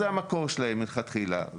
זה המקור שלהן מלכתחילה.